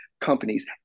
companies